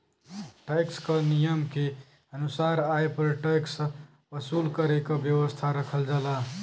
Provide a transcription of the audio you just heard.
tax क नियम के अनुसार आय पर टैक्स वसूल करे क व्यवस्था रखल जाला